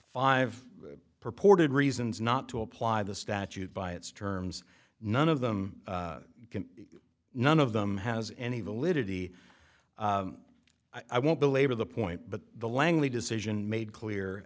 five purported reasons not to apply the statute by its terms none of them none of them has any validity i won't belabor the point but the langley decision made clear